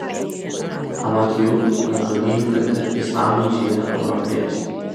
anot jų dėl žudynių kalti islamą įžeidę europiečiai